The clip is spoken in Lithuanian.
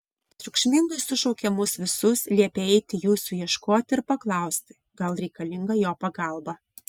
triukšmingai sušaukė mus visus liepė eiti jūsų ieškoti ir paklausti gal reikalinga jo pagalba